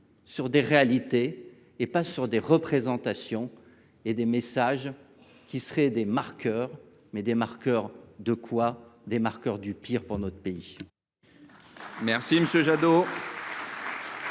sur des réalités, et non pas sur des représentations ou des messages qui seraient des marqueurs… Et de quoi, au juste ? Des marqueurs du pire pour notre pays